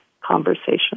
conversation